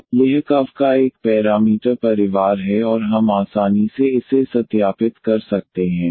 तो यह कर्व का एक पैरामीटर परिवार है और हम आसानी से इसे सत्यापित कर सकते हैं